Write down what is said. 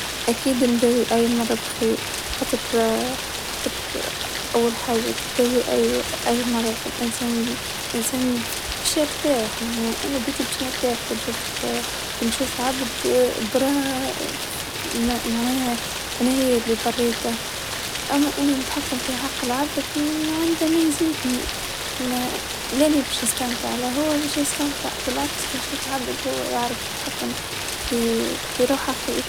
أ أعتقد إني راح أختار ال-القدرة على على علاج أي مرض، تجنب ال-الأمراض تجنب فجد الاشخاص، أعتقد هذا الشيء بيأثر علينا ك-كأفراد ،إنه أي دكتور في إنه يعالج مرض أكيد بيكون فخور بحالة ،بفخور بالمنظمة تبعة.